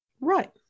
Right